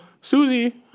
Susie